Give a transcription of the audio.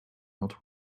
not